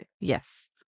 yes